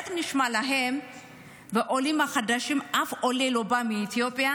איך זה נשמע לכם שמקרב העולים החדשים אף עולה לא בא מאתיופיה,